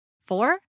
Four